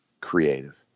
Creative